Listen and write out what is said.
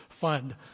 fund